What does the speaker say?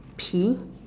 pea